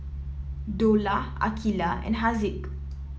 Dollah Aqilah and Haziq